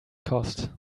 cost